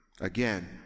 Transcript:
Again